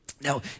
Now